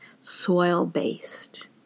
soil-based